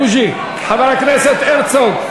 בוז'י, חבר הכנסת הרצוג.